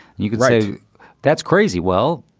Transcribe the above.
you could say that's crazy. well,